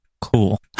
Cool